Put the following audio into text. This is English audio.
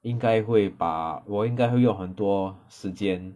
应该会把我应该会用很多时间